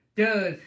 dude